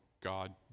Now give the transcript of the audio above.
God